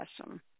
awesome